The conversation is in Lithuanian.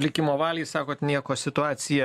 likimo valiai sakot nieko situacija